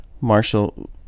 Marshall